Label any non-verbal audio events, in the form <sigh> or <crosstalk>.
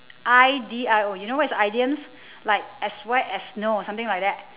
I D I O you know what is idioms <breath> like as white as snow or something like that